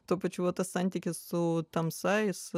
tuo pačiu va tas santykis su tamsa jis